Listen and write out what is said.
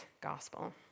gospel